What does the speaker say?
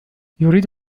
يريد